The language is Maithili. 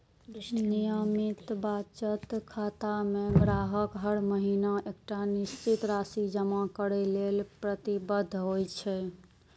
नियमित बचत खाता मे ग्राहक हर महीना एकटा निश्चित राशि जमा करै लेल प्रतिबद्ध होइ छै